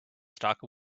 stalk